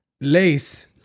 Lace